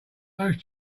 those